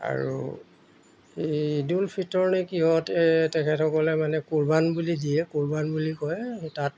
আৰু এই ঈদুল ফিতৰ নে কিহঁতে তেখেতসকলে মানে কুৰ্বান বুলি দিয়ে কুৰ্বান বুলি কয় তাত